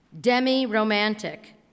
Demi-romantic